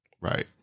Right